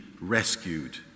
rescued